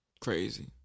Crazy